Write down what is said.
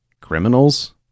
Criminals